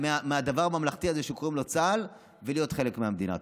מהדבר הממלכתי הזה שקוראים לו צה"ל ולהיות חלק מהמדינה.